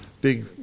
big